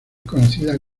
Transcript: conocida